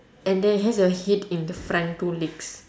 and then it has a head in the front two legs